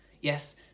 Yes